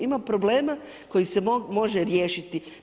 Imam problema koji se mogu riješiti.